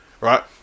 Right